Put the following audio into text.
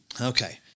Okay